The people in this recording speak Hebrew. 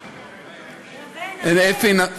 נוה, אפי נוה.